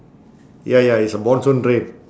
ya ya it's a monsoon drain